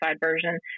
version